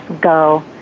go